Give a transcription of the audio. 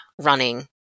running